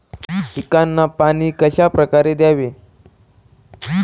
पिकांना पाणी कशाप्रकारे द्यावे?